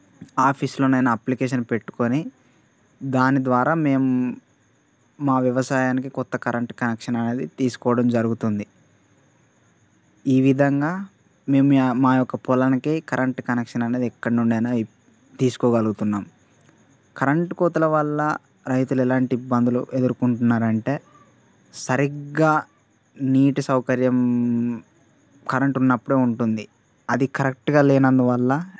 ఆఫీసులో అయినా అప్లికేషన్ పెట్టుకొని దాని ద్వారా మేము మా వ్యవసాయానికి కొత్త కరెంట్ కనెక్షన్ అనేది తీసుకోవడం జరుగుతుంది ఈ విధంగా మేము మా యొక్క పొలానికి కరెంటు కనెక్షన్ అనేది ఎక్కడ నుండి అయినా తీసుకోగలుగుతున్నాము కరెంటు కోతల వల్ల రైతులు ఎలాంటి ఇబ్బందులు ఎదుర్కొంటున్నారంటే సరిగ్గా నీటి సౌకర్యం కరెంటు ఉన్నపుడే ఉంటుంది అది కరెక్ట్గా లేనందు వల్ల